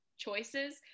Choices